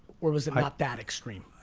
or was it not that extreme?